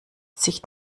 sich